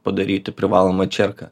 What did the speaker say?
padaryti privalomą čierką